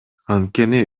анткени